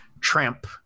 tramp